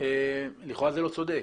לכאורה זה לא צודק.